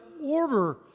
order